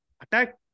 attack